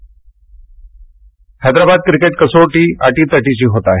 cricket Hyderabad cricket कसोटी अटीतटीची होत आहे